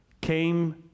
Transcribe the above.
came